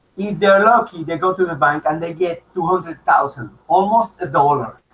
they're lucky they go to the bank and they get two hundred thousand almost a dollar